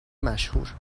مشهور